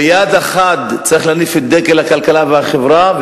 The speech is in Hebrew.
ביד אחת צריך להניף את דגל הכלכלה והחברה,